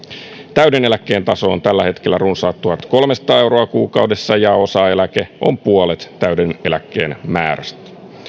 täyden eläkkeen taso on tällä hetkellä runsaat tuhatkolmesataa euroa kuukaudessa ja osaeläke on puolet täyden eläkkeen määrästä